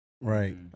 Right